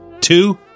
Two